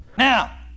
Now